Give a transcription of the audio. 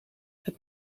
het